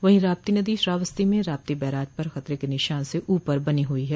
वहीं राप्ती नदी श्रावस्ती में राप्ती बैराज पर खतरे के निशान से ऊपर बनी हुई है